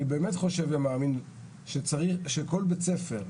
אני באמת חושב ומאמין שצריך שכל בית ספר,